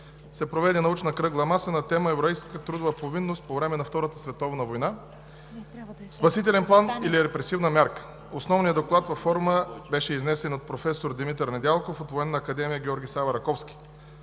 се проведе научна кръгла маса на тема: „Еврейската трудова повинност по време на Втората световна война – спасителен план или репресивна мярка“. Основният доклад във форума беше изнесен от професор Димитър Недялков от Военна академия „Георги Сава Раковски“.